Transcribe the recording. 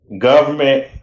government